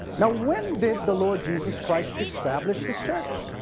now when did the lord jesus christ establish his church?